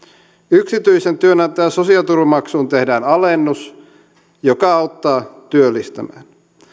yksityisen työnantajan sosiaaliturvamaksuun tehdään alennus joka auttaa työllistämään